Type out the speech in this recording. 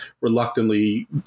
reluctantly